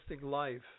Life